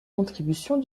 contributions